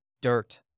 dirt